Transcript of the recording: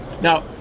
Now